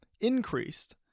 increased